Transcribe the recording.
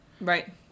Right